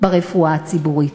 ברפואה הציבורית.